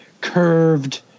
curved